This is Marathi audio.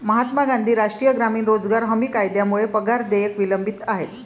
महात्मा गांधी राष्ट्रीय ग्रामीण रोजगार हमी कायद्यामुळे पगार देयके विलंबित आहेत